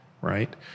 right